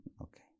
Okay